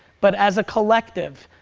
but as a collective,